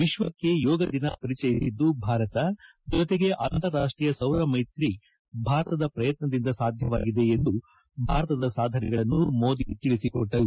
ವಿಶ್ವಕ್ಕೆ ಯೋಗ ದಿನ ಪರಿಚಯಿಸಿದ್ದು ಭಾರತ ಜೊತೆಗೆ ಅಂತಾರಾಷ್ಟೀಯ ಸೌರ ಮೈತ್ರಿ ಭಾರತದ ಪ್ರಯತ್ನದಿಂದ ಸಾಧ್ಯವಾಗಿದೆ ಎಂದು ಭಾರತದ ಸಾಧನೆಗಳನ್ನು ಮೋದಿ ತಿಳಿಸಿಕೊಟ್ಟರು